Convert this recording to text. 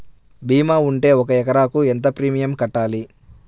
భీమా ఉంటే ఒక ఎకరాకు ఎంత ప్రీమియం కట్టాలి?